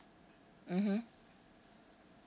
mmhmm